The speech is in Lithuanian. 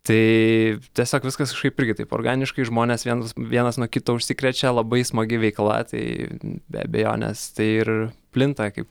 tai tiesiog viskas kažkaip irgi taip organiškai žmonės viens vienas nuo kito užsikrečia labai smagi veikla tai be abejonės tai ir plinta kaip